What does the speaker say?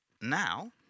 Now